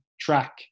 track